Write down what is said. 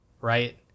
Right